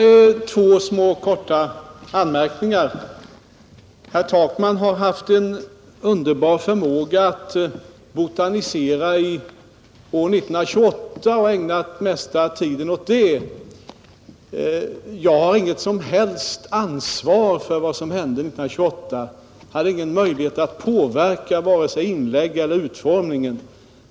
Herr talman! Bara två korta anmärkningar! Herr Takman har haft en underbar förmåga att botanisera i år 1928. Han har ägnat den mesta tiden åt det, men jag har inget som helst ansvar för vad som hände 1928 och jag hade ingen möjlighet att påverka vare sig inläggen i debatten då eller lagens utformning.